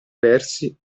persi